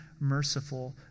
merciful